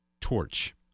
torch